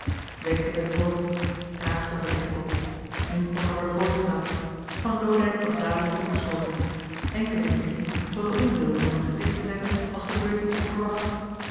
wenkte met het hoofd traag stond de dichter op nu kon er worden voorgesteld van loodijck was dadelijk toegeschoten enkelen in den kring toonden onwil door een gezicht te zetten als gebeurde iets onverwachts